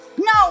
no